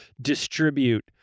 distribute